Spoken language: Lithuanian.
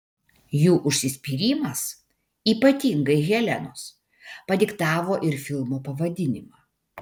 jų užsispyrimas ypatingai helenos padiktavo ir filmo pavadinimą